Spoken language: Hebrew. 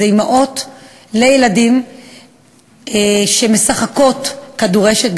אימהות לילדים שמשחקות כדורשת.